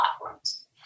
platforms